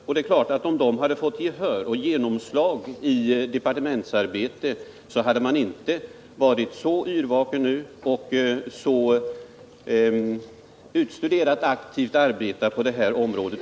Om de hade fått gehör för sina åsikter i departementet hade man inte varit så yrvaken nu, och man hade inte arbetat så utstuderat aktivt med dessa frågor.